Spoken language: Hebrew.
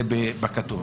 אותו בכתב.